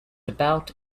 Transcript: about